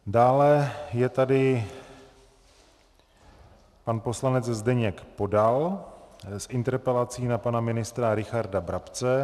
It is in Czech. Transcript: Dále je tady pan poslanec Zdeněk Podal s interpelací na pana ministra Richarda Brabce.